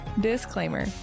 Disclaimer